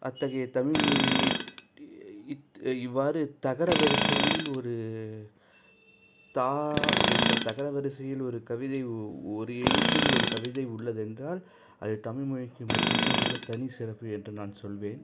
அத்தகைய தமிழ்மொழியின் இ இவ்வாறு தகர வரிசையில் ஒரு தா என்ற தகர வரிசையில் ஒரு கவிதை ஒரு எழுத்தில் ஒரு கவிதை உள்ளதென்றால் அதை தமிழ்மொழிக்கு மட்டுமே உள்ள தனி சிறப்பு என்று நான் சொல்வேன்